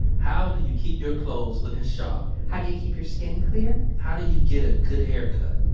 how do you keep your clothes looking sharp? how do you keep your skin clear? how do you get a good haircut?